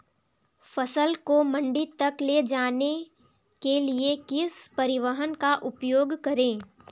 फसल को मंडी तक ले जाने के लिए किस परिवहन का उपयोग करें?